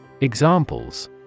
Examples